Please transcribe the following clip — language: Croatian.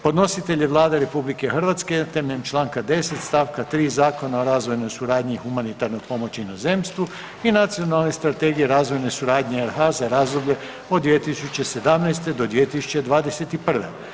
Podnositelj je Vlada RH na temelju čl. 10.stavka 3. Zakona o razvojnoj suradnji i humanitarnoj pomoći inozemstvu i Nacionalnoj strategiji razvojne suradnje RH za razdoblje od 2017. do 2021.